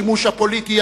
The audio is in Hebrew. השימוש הפוליטי,